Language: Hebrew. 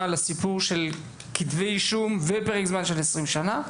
לסיפור של כתבי אישום ופרק זמן של 20 שנה.